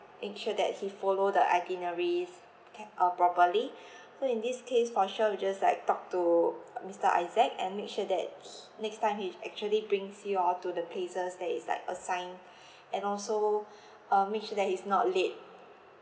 make sure that he follow the itineraries ca~ uh properly so in this case for sure we'll just like talk to mister isaac and make sure that he next time he actually brings you all to the places that is like assigned and also uh make sure that he's not late